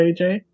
AJ